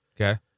Okay